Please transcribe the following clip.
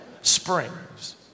springs